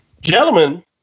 Gentlemen